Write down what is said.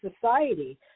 society